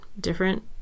different